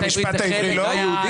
והמשפט העברי לא?